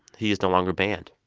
he is no longer banned.